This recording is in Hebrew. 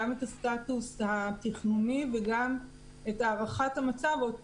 גם את הסטטוס התכנוני וגם את הערכת המצב או את